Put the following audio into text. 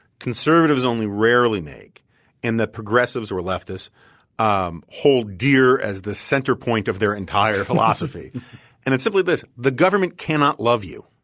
conservatives only rarely make and the progressives or leftists um hold dear as the center point of their entire philosophy and it's simply this. the government cannot love you,